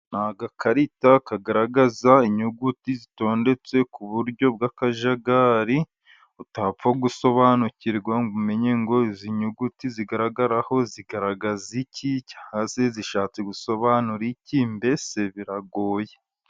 Ni agakarita kagaragaza inyuguti zitondetse ku buryo bw'akajagari， utapfa gusobanukirwa ngo umenye ngo izi nyuguti zigaragaraho zigaragaza iki? Cyangwa se zishatse gusobanura iki? Mbese ziragoye.